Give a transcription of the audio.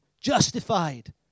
justified